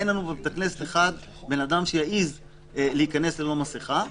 אין לנו בבית הכנסת אדם אחד שיעז להיכנס ללא מסכה,